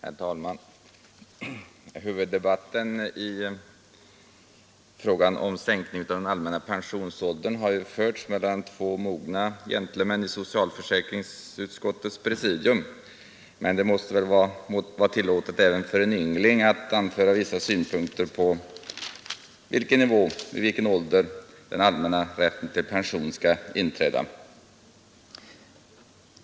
Herr talman! Huvuddebatten i frågan om sänkning av den allmänna pensionsåldern har ju förts mellan två mogna gentlemen i socialförsäkringsutskottets presidium. Det må väl vara tillåtet även för en yngling att anföra vissa synpunkter på vid vilken ålder den allmänna rätten till pension skall inträda.